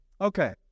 okay